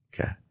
okay